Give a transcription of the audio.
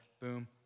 boom